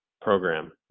program